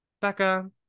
Becca